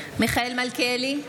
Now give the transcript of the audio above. מיכאל מלכיאלי,